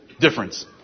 Difference